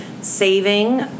saving